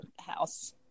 house